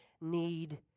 need